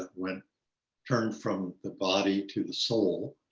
when turned from the body to the soul.